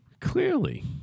Clearly